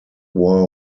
war